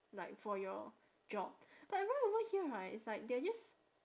like for your job but right over here right it's like they are just